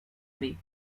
bake